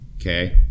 okay